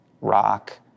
rock